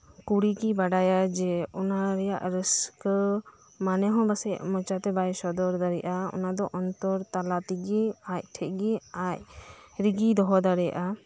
ᱠᱩᱲᱤᱜᱤᱭ ᱵᱟᱰᱟᱭᱟ ᱡᱮ ᱚᱱᱟᱨᱮᱭᱟᱜ ᱨᱟᱹᱥᱠᱟᱹ ᱢᱟᱱᱮᱦᱚᱸ ᱵᱟᱥᱮᱡ ᱢᱚᱪᱟᱛᱮ ᱵᱟᱭ ᱥᱚᱫᱚᱨ ᱫᱟᱲᱤᱭᱟᱜᱼᱟ ᱚᱱᱟᱫᱚ ᱚᱱᱛᱚᱨ ᱛᱟᱞᱟ ᱛᱮᱜᱤ ᱟᱡᱴᱷᱮᱡ ᱜᱤ ᱟᱡᱨᱤᱜᱤᱭ ᱫᱚᱦᱚ ᱫᱟᱲᱤᱭᱟᱜᱼᱟ